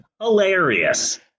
hilarious